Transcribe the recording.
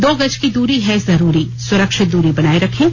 दो गज की दूरी है जरूरी सुरक्षित दूरी बनाए रखें